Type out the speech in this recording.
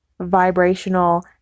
vibrational